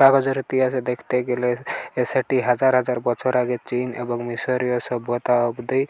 কাগজের ইতিহাস দেখতে গেইলে সেটি হাজার হাজার বছর আগে চীন এবং মিশরীয় সভ্যতা অব্দি